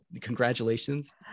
congratulations